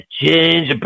change